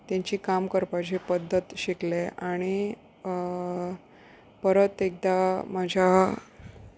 तेंची काम करपाचें पद्दत शिकलें आनी परत एकदां म्हाज्या